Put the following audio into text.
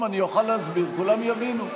תפסיק עם הבריונות הזו.